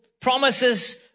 promises